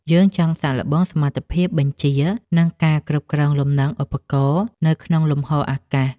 យើងចង់សាកល្បងសមត្ថភាពបញ្ជា និងការគ្រប់គ្រងលំនឹងឧបករណ៍នៅក្នុងលំហអាកាស។